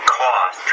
cost